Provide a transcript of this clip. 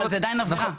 אבל זה עדיין עבירה.